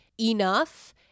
enough